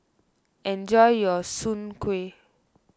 enjoy your Soon Kway